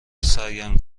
سرگرم